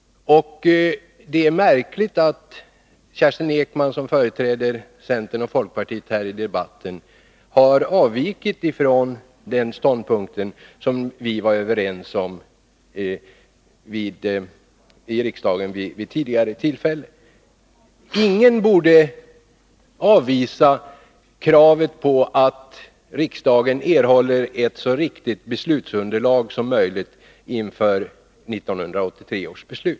Det är märkligt att Kerstin Ekman, som företräder centern och folkpartiet här i debatten, har avvikit från den ståndpunkt som vi varit överens om i riksdagen vid tidigare tillfällen. Ingen borde avvisa kravet på att riksdagen erhåller ett så riktigt beslutsunderlag som möjligt inför 1983 års beslut.